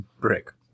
Brick